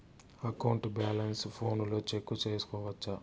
account balance ఫోనులో check సేసుకోవచ్చా